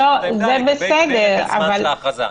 לגבי פרק הזמן של ההכרזה.